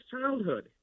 childhood